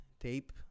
tape